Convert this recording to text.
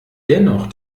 dennoch